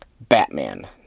Batman